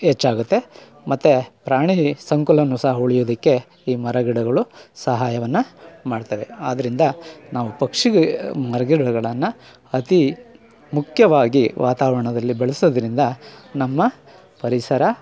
ಹೆಚ್ಚಾಗತ್ತೆ ಮತ್ತು ಪ್ರಾಣಿ ಸಂಕುಲ ಸಹ ಉಳಿಯೋದಕ್ಕೆ ಈ ಮರಗಿಡಗಳು ಸಹಾಯವನ್ನು ಮಾಡ್ತವೆ ಆದರಿಂದ ನಾವು ಪಕ್ಷಿ ಮರಗಿಡಗಳನ್ನು ಅತೀ ಮುಖ್ಯವಾಗಿ ವಾತಾವರಣದಲ್ಲಿ ಬೆಳೆಸೋದರಿಂದ ನಮ್ಮ ಪರಿಸರ